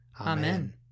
Amen